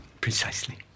Precisely